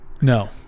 No